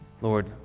Lord